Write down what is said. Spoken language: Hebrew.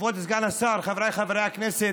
כבוד סגן השר, חבריי חברי הכנסת,